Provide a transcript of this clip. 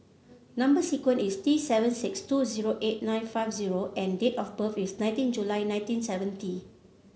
number sequence is T seven six two zero eight nine five zero and date of birth is nineteen July nineteen seventy